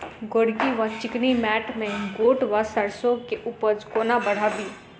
गोरकी वा चिकनी मैंट मे गोट वा सैरसो केँ उपज कोना बढ़ाबी?